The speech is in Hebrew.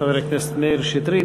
חבר הכנסת מאיר שטרית.